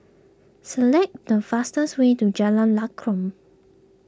select the fastest way to Jalan Lakum